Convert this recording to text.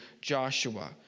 Joshua